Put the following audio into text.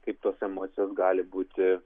kaip tos emocijos gali būti